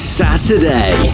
saturday